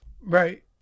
Right